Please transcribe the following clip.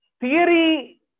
Theory